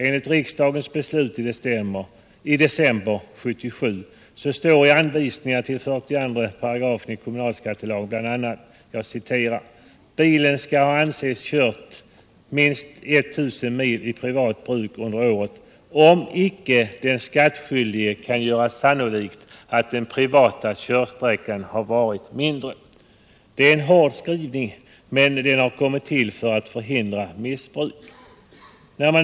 Enligt av riksdagen i december 1977 antagna anvisningar står det beträffande 42 § kommunalskattelagen bl.a.: ”Bilen skall anses ha körts minst 1 000 mil i privat bruk under året, om icke den skattskyldige kan göra sannolikt att den privata körsträckan har varit mindre.” Detta är en hård skrivning, men det är för att förhindra missbruk.